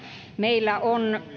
meillä on